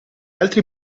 altri